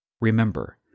Remember